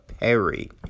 Perry